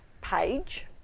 page